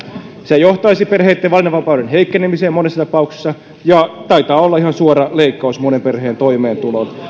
se johtaisi perheitten valinnanvapauden heikkenemiseen monessa tapauksessa ja taitaa olla ihan suora leikkaus monen perheen toimeentuloon